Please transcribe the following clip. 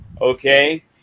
Okay